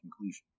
conclusion